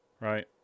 right